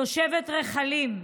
תושבת רחלים,